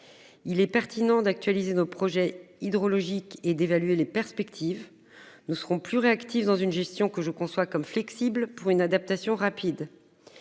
Il est pertinent d'actualiser nos projets hydrologiques et d'évaluer les perspectives. Nous serons plus réactif dans une gestion que je conçois comme flexible pour une adaptation rapide.